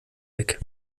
weg